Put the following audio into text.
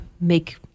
make